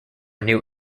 new